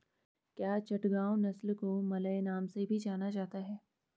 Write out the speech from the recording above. क्या चटगांव नस्ल को मलय नाम से भी जाना जाता है?